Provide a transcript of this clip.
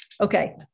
Okay